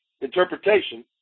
interpretation